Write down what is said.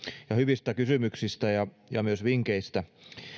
ja hyvistä kysymyksistä ja ja myös vinkeistä